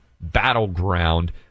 battleground